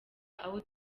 aho